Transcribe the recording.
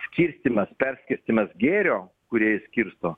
skirstymas perskirstymas gėrio kurie jį skirsto